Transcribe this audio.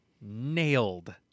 nailed